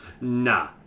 nah